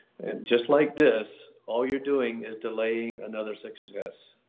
just like this, all you're doing is delaying another success.